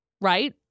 right